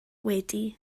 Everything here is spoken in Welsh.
wedi